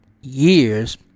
years